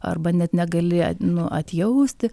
arba net negali nu atjausti